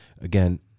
again